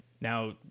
Now